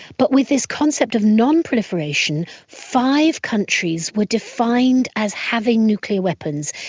but with this concept of non-proliferation, five countries were defined as having nuclear weapons,